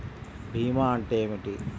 భీమా అంటే ఏమిటి?